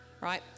right